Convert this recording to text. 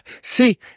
See